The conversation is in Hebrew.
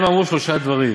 הם אמרו שלושה דברים: